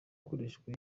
ikoreshwa